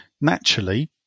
naturally